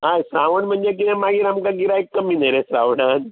आं श्रावण म्हणजे कितें मागीर आमकां गिरायक कमी न्ही रे श्रावणान